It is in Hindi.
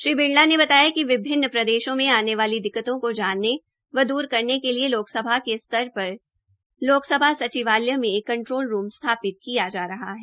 उन्होंने बताया कि विभिन्न प्रदेशों मे आने वाली दिक्कतों को जानने व द्र करने के लिए लोकसभा के स्तर पर लोकसभा सचिवालय में एक कंट्रोल रूम स्थापित किया जारहा है